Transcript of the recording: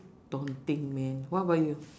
daunting man what about you